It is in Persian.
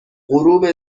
غروب